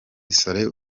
saleh